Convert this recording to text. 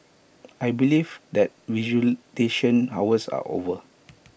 I believe that visitation hours are over